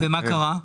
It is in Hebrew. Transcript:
ומה קרה?